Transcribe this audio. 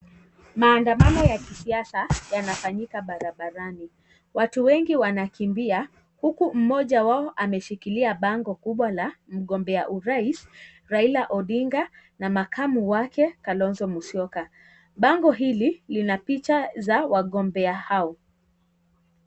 Maandamano ya kisiasa yanafanyika barabarani. Watu wengi wanakimbia huku mmoja wao ameshikilia bango kubwa la mgombea urais Raila Odinga na makamu wake Kalonzo Musyoka. Bango hili lina picha za wagombea hao.